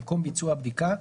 במקום ביצוע הבדיקה,